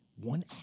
one